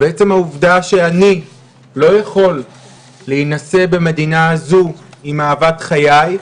עצם העובדה שאני לא יכול להינשא במדינה זו עם אהבת חיי,